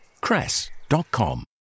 cress.com